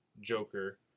Joker